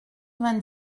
vingt